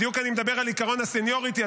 בדיוק אני מדבר על עקרון הסניוריטי,